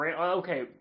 Okay